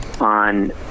on